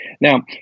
Now